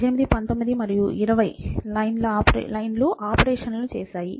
18 19 మరియు 20 లైన్లు ఆపరేషన్ల ను చేశాయి